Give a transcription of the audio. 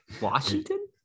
washington